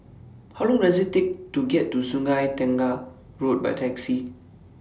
How Long Does IT Take to get to Sungei Tengah Road By Taxi